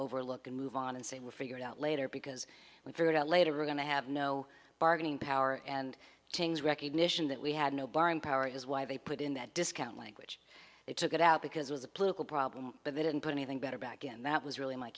overlook and move on and say we'll figure it out later because we figured out later we're going to have no bargaining power and things recognition that we had no buying power is why they put in that discount language they took it out because it was a political problem but they didn't put anything better back and that was really my